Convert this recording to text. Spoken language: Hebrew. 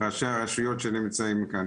ראשי הרשויות שנמצאים כאן.